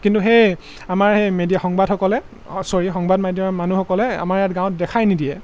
কিন্তু সেই আমাৰ সেই মিডিয়া সংবাদসকলে অ' চৰি সংবাদ মাধ্যমৰ মানুহসকলে আমাৰ ইয়াত গাঁৱত দেখাই নিদিয়ে